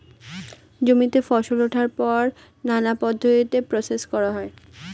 জমিতে ফসল ওঠার পর নানা পদ্ধতিতে প্রসেস করা হয়